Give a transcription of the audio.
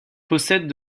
possèdent